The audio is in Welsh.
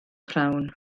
prynhawn